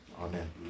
amen